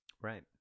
right